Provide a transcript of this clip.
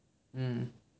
mm